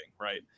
right